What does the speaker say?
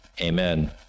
Amen